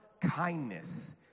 kindness